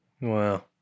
Wow